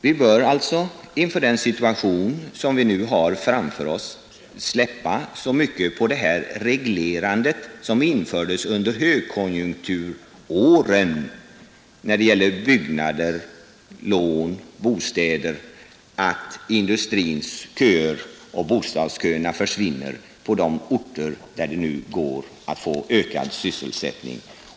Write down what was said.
Vi bör alltså, inför den situation som vi nu har framför oss, släppa så mycket på det här reglerandet som infördes under högkonjunkturåren när det gäller byggnader, lån och bostäder att industrins köer och bostadsköerna försvinner på de orter där det nu går att få ökad sysselsättning.